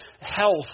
health